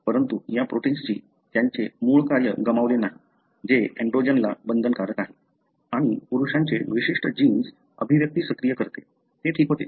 परंतु या प्रोटिन्सनी त्याचे मूळ कार्य गमावले नाही जे एंड्रोजनला बंधनकारक आहे आणि पुरुषांचे विशिष्ट जीन्स अभिव्यक्ती सक्रिय करते ते ठीक होते